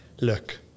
look